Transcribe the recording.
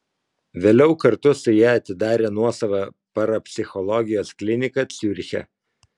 vėliau kartu su ja atidarė nuosavą parapsichologijos kliniką ciuriche